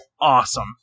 awesome